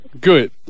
Good